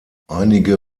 einige